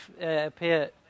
appear